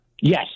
Yes